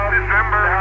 December